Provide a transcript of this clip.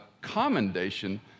commendation